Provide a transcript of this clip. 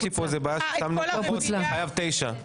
אבל יש לי פה בעיה ששמנו פחות ואני חייב תשע.